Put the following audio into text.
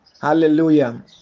Hallelujah